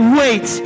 wait